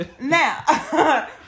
Now